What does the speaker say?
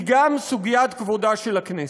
היא גם סוגיית כבודה של הכנסת.